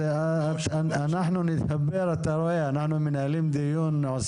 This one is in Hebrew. אז אנחנו נדבר, אתה רואה, אנחנו מנהלים דיון.